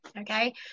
okay